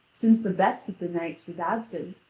since the best of the knights was absent,